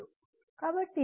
కాబట్టి X లేదు